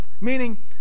Meaning